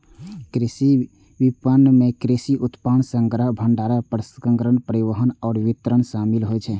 कृषि विपणन मे कृषि उत्पाद संग्रहण, भंडारण, प्रसंस्करण, परिवहन आ वितरण शामिल होइ छै